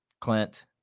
Clint